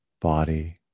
body